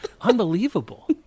Unbelievable